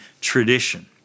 tradition